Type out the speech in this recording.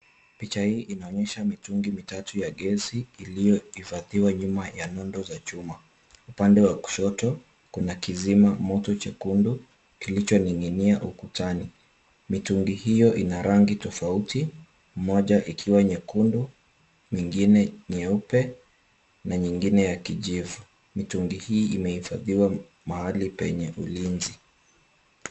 Picha hii inaonyesha mitungi mitatu ya gesi iliyohifadhiwa nyuma ya nundo za chuma. Upande wa kushoto, kuna kizima moto chekundu kilichoning'inia ukutani. Mitungi hiyo ina rangi tofauti: mmoja ikiwa rangi nyekundu, mwingine nyeupe, na nyingine ya kijivu. Mitungi hii imehifadhiwa mahali penye ulinzi.